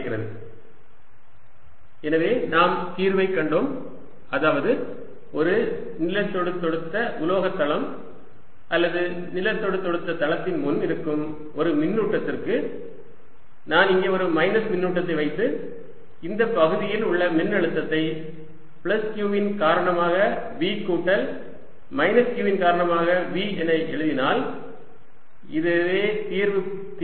Vx y zVqV q 2V 2Vq2V q எனவே நாம் தீர்வைக் கண்டோம் அதாவது ஒரு நிலத்தொடுதொடுத்த உலோக தளம் அல்லது நிலத்தொடுதொடுத்த தளத்தின் முன் இருக்கும் ஒரு மின்னூட்டத்திற்கு நான் இங்கே ஒரு மைனஸ் மின்னூட்டத்தை வைத்து இந்த பகுதியில் உள்ள மின்னழுத்தத்தை பிளஸ் q இன் காரணமாக V கூட்டல் மைனஸ் q இன் காரணமாக V என எழுதினால் இதுவே தீர்வு